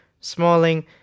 Smalling